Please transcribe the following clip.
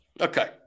Okay